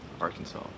Arkansas